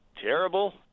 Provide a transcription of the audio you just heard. terrible